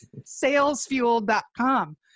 salesfuel.com